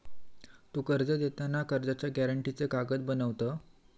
तु कर्ज देताना कर्जाच्या गॅरेंटीचे कागद बनवत?